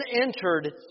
entered